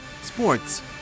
Sports